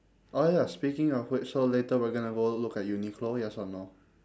oh ya speaking of which so later we're gonna go look at uniqlo yes or no